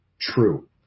true